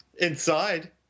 Inside